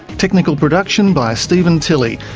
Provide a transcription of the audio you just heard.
technical production by steven tilley,